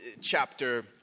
chapter